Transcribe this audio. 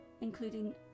including